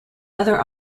other